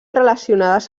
relacionades